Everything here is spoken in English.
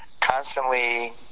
constantly